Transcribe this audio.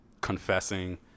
confessing